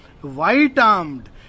White-armed